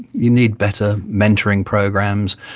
you need better mentoring programs,